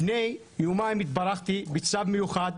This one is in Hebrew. לפני יומיים התברכתי בצו מיוחד,